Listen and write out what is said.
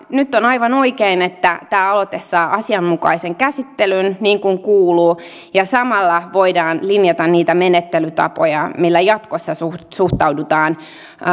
nyt on aivan oikein että tämä aloite saa asianmukaisen käsittelyn niin kuin kuuluu ja samalla voidaan linjata niitä menettelytapoja millä jatkossa suhtaudutaan